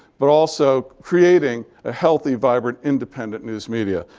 but also creating a healthy, vibrant, independent news media.